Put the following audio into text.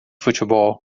futebol